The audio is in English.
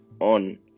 on